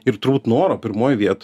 ir turbūt noro pirmoj vietoj